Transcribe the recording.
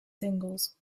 singles